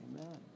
amen